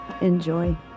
enjoy